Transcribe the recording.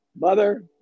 mother